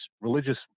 religious